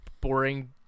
boring